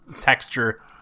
texture